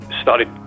started